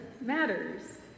matters